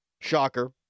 Shocker